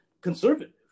conservative